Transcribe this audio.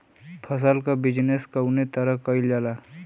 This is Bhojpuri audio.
फसल क बिजनेस कउने तरह कईल जाला?